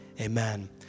amen